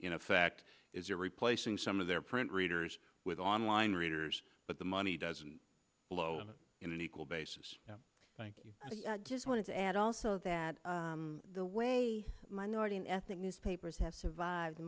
in effect is you're replacing some of their print readers with online readers but the money doesn't flow in an equal basis just wanted to add also that the way a minority ethnic newspapers have survived